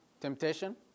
Temptation